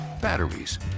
batteries